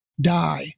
die